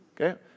Okay